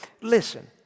Listen